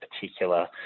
particular